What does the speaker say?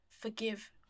forgive